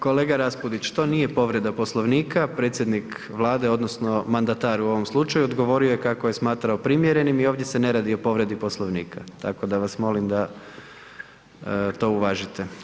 Kolega Raspudić to nije povreda Poslovnika, predsjednik Vlade odnosno mandatar u ovom slučaju odgovorio je kako je smatrao primjerenim i ovdje se ne radi o povredi Poslovnika, tako da vas molim da to uvažite.